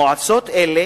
מועצות אלה